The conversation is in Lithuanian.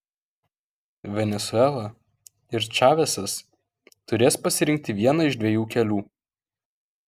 venesuela ir čavesas turės pasirinkti vieną iš dviejų kelių